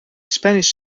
spanish